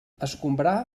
escombrar